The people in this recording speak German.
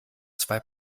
zwei